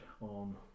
on